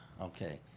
okay